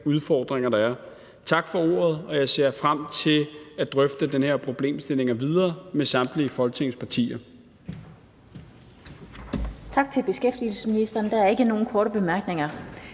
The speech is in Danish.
udfordringer, der er. Jeg ser frem til at drøfte den her problemstilling videre med samtlige Folketingets partier.